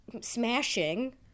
smashing